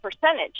percentage